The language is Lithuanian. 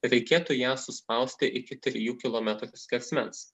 reikėtų ją suspausti iki trijų kilometrų skersmens